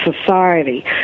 society